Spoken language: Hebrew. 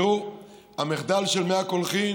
המחדל של מי הקולחים